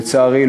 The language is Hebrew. לצערי,